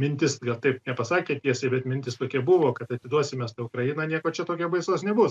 mintis gal taip nepasakė tiesiai bet mintis tokia buvo kad atiduosim mes tą ukrainą nieko čia tokio baisaus nebus